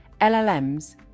LLMs